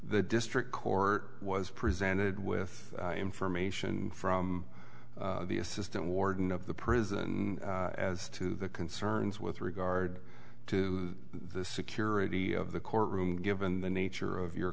the district court was presented with information from the assistant warden of the prison as to the concerns with regard to the security of the courtroom given the nature of your